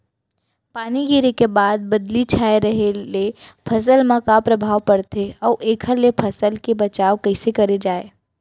पानी गिरे के बाद बदली छाये रहे ले फसल मा का प्रभाव पड़थे अऊ एखर ले फसल के बचाव कइसे करे जाये?